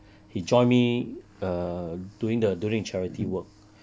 he joined me err doing the doing charity work